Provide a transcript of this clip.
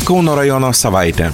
kauno rajono savaitė